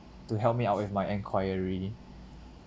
to help me out with my enquiry